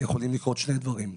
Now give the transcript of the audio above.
יכולים לקרות שני דברים,